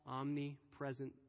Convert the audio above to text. omnipresent